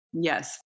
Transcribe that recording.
Yes